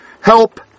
help